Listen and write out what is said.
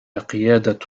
قيادة